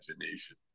imagination